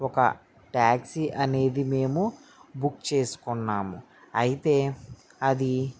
ఒక ట్యాక్సీ అనేది మేము బుక్ చేసుకున్నాము అయితే అది